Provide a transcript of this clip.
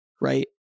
right